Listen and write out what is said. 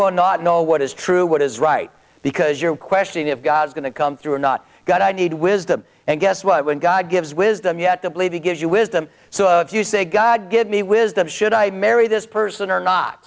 are not know what is true what is right because your question if god is going to come through or not god i need wisdom and guess what when god gives wisdom yet to believe he gives you wisdom so if you say god give me wisdom should i marry this person or not